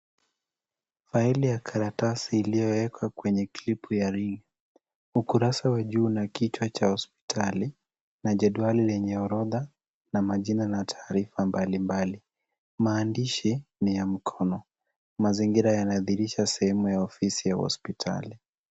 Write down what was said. Faili ya karatasi iliyowekwa kwenye klipu ya ring'i. Ukurasa wa juu una kichwa cha hospitali na jedwali lenye orodha na majina na taarifa mbalimbali. Maandishi ni ya mkono. Mazingira yanadhihirisha sehemu ya ofisi ya hospitali.